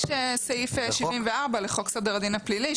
יש סעיף 74 לחוק סדר הדין הפלילי,